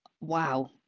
wow